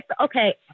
Okay